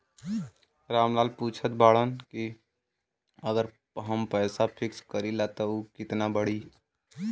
राम लाल पूछत बड़न की अगर हम पैसा फिक्स करीला त ऊ कितना बड़ी?